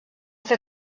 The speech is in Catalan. fer